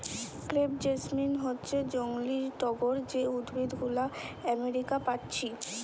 crepe jasmine হচ্ছে জংলি টগর যে উদ্ভিদ গুলো আমেরিকা পাচ্ছি